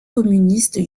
communistes